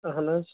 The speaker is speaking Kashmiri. اَہَن حظ